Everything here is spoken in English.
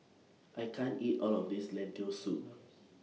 I can't eat All of This Lentil Soup